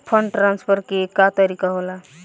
Fund transfer के का तरीका होला?